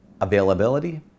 availability